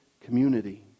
community